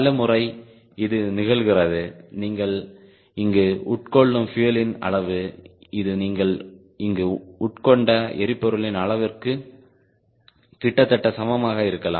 பல முறை இது நிகழ்கிறது நீங்கள் இங்கு உட்கொள்ளும் பியூயலின் அளவு இது நீங்கள் இங்கு உட்கொண்ட எரிபொருளின் அளவிற்கு கிட்டத்தட்ட சமமாக இருக்கலாம்